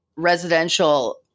Residential